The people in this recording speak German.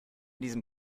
diesem